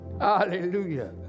Hallelujah